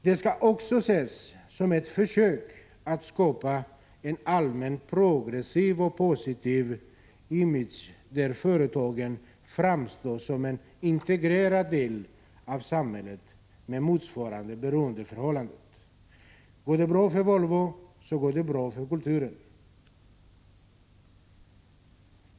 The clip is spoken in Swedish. Det skall också ses som ett försök att skapa en allmänt progressiv och positiv image, där företagen framstår som en integrerad del av samhället med motsvarande beroendeförhållande: Går det bra för Volvo, går det bra för kulturen.